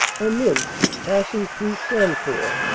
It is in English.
and thence, pass ing through sancourt,